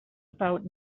about